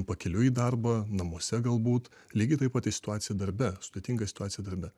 pakeliui į darbą namuose galbūt lygiai taip pat įsituaciją darbe sudėtingą situaciją darbe